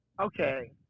okay